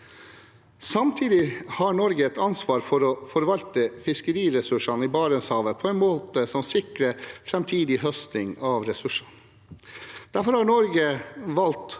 Samtidig har Norge et ansvar for å forvalte fiskeriressursene i Barentshavet på en måte som sikrer framtidig høsting av ressursene. Derfor har Norge valgt